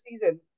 season